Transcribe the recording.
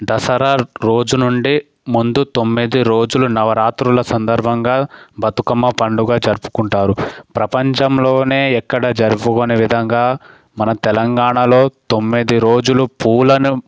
దసరా రోజు నుండి ముందు తొమ్మిది రోజులు నవరాత్రుల సందర్భంగా బతుకమ్మ పండుగ జరుపుకుంటారు ప్రపంచంలోనే ఎక్కడ జరుపుకోని విధంగా మన తెలంగాణలో తొమ్మిది రోజులు పూలను